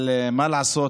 אבל מה לעשות,